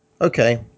Okay